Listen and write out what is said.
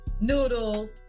noodles